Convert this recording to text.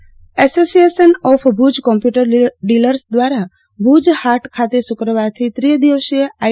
exhibition association of Bhuj computer dealers દ્વારા ભુજ હાટ ખાતે શુક્રવારથી ત્રિદિવસીય આઇ